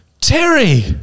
Terry